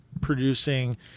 producing